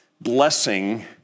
blessing